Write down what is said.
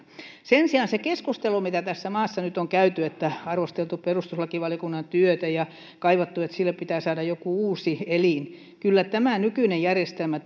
sen sijaan siitä keskustelusta mitä tässä maassa nyt on käyty että on arvosteltu perustuslakivaliokunnan työtä ja on kaivattu että siihen pitää saada joku uusi elin kyllä tämä nykyinen järjestelmä